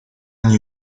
año